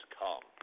come